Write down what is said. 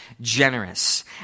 generous